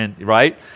right